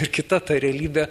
ir kita realybė